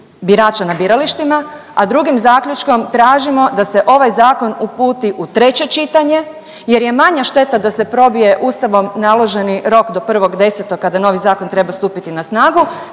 birača na biralištima, a drugim zaključkom tražimo da se ovaj zakon uputi na treće čitanje jer je manja šteta da se probije Ustavom naloženi rok do 1.10. kada novi zakon treba stupiti na snagu